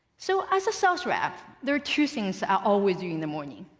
so as a sales rep, there are two things i always do in the morning.